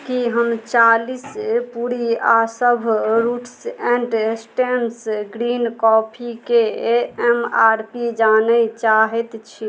कि हम चालिस पूड़ी आओर सब रूट्स एण्ड स्टेम्स ग्रीन कॉफीके एम आर पी जानै चाहै छी